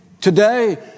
today